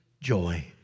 joy